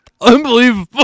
Unbelievable